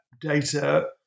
data